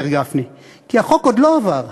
אומר גפני, כי החוק עוד לא עבר.